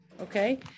Okay